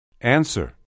Answer